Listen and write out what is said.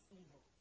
evil